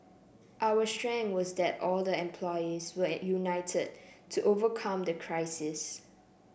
our strength was that all the employees were united to overcome the crisis